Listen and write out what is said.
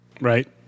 Right